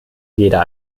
jeder